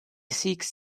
seeks